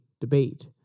debate